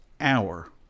hour